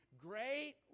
great